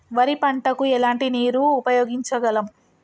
వరి పంట కు ఎలాంటి నీరు ఉపయోగించగలం?